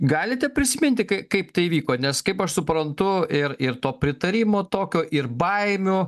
galite prisiminti kaip tai įvyko nes kaip aš suprantu ir ir to pritarimo tokio ir baimių